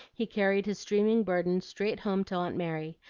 he carried his streaming burden straight home to aunt mary,